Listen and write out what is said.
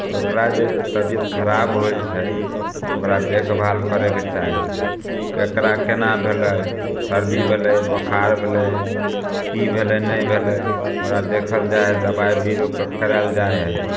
ओकरा जे तबियत खराब होइ छै ओकरा देखभाल करयके चाही ककरा केना भेलै सर्दी भेलै बोखार भेलै की भेलै नहि भेलै ओकरा देखल जाइ हइ दबाइ बिरो कऽ करायल जाइ हइ